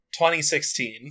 2016